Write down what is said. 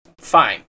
fine